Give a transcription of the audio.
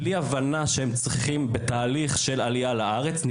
בלי הבנה של מה הם צריכים בתהליך של עלייה לארץ.